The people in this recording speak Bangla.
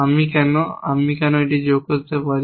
আমি কেন আমি কেন এই যোগ করতে পারি